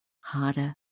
harder